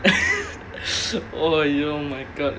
oh yo oh my god